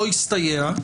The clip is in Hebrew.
לא הסתייע,